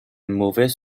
mauvais